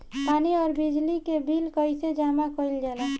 पानी और बिजली के बिल कइसे जमा कइल जाला?